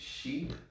Sheep